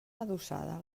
adossada